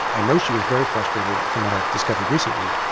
i know she was very frustrated. from what i've discovered recently,